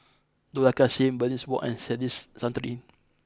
Dollah Kassim Bernice Wong and Denis Santry